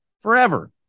forever